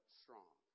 strong